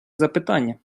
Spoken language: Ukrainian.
запитання